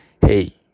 hey